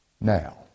now